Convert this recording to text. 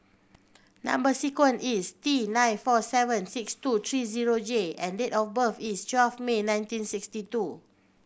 number sequence is T nine four seven six two three zero J and date of birth is twelve May nineteen sixty two